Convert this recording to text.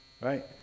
Right